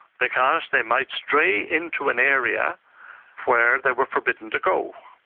because they might stray into an area where they were forbidden to go.